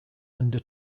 linda